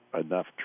enough